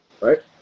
right